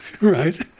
right